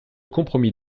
compromis